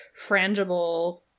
frangible